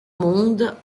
monde